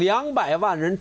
young by a modern